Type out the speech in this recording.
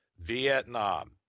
Vietnam